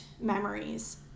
memories